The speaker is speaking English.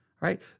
right